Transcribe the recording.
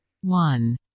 One